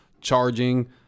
charging